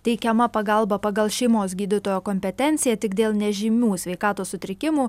teikiama pagalba pagal šeimos gydytojo kompetenciją tik dėl nežymių sveikatos sutrikimų